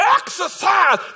exercise